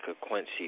Quincy